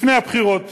לפני הבחירות,